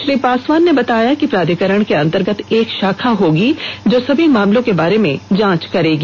श्री पासवान ने बताया कि प्राधिकरण के अंतर्गत एक शाखा होगी जो सभी मामलों के बारे में जांच करेगी